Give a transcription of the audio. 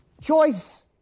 choice